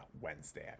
Wednesday